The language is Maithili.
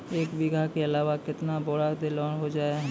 एक बीघा के अलावा केतना बोरान देलो हो जाए?